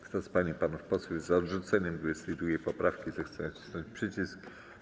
Kto z pań i panów posłów jest za odrzuceniem 22. poprawki, zechce nacisnąć przycisk.